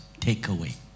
takeaway